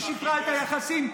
ששיפרה את היחסים,